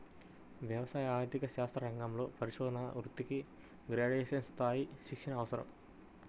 వ్యవసాయ ఆర్థిక శాస్త్ర రంగంలో పరిశోధనా వృత్తికి గ్రాడ్యుయేట్ స్థాయి శిక్షణ అవసరం